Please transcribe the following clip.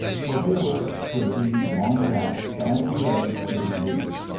for they were a sturdy, long-backed, bandy-legged little brood.